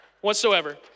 whatsoever